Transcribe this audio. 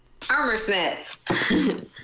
Armorsmith